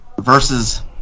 versus